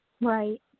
Right